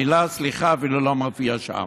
המילה "סליחה" אפילו לא מופיעה שם.